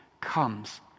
comes